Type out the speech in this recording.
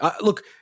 Look